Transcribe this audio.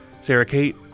Sarah-Kate